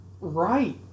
Right